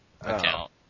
account